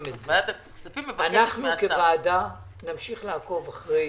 אנחנו כוועדה נמשיך לעקוב אחרי